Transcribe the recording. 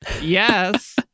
yes